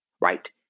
right